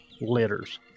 litters